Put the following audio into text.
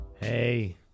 Hey